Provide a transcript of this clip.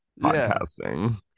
podcasting